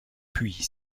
puis